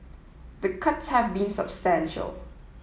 the cuts have been substantial